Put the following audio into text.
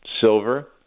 silver